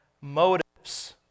motives